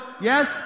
Yes